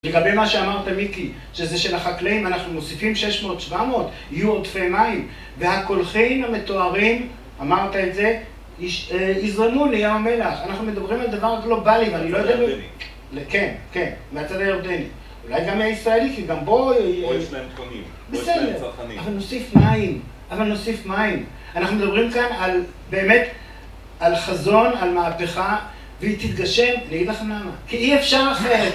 לגבי מה שאמרת, מיקי, שזה של החקלאים ואנחנו מוסיפים 600-700, יהיו עודפי מים והקולחים המתוארים, אמרת את זה, יזרנו לים המלח אנחנו מדברים על דבר גלובלי, ואני לא יודע... מהצד הירדני כן, כן, מהצד הירדני אולי גם הישראלי, כי גם בו... או יש להם קונים, או יש להם צרכנים בסדר, אבל נוסיף מים, אבל נוסיף מים אנחנו מדברים כאן על, באמת, על חזון, על מהפכה והיא תתגשם, נעיבך למה? כי אי אפשר אחרת